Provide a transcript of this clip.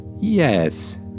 Yes